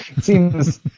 seems